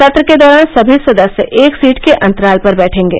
सत्र के दौरान सभी सदस्य एक सीट के अन्तराल पर वैठेंगे